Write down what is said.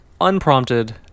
unprompted